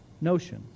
notion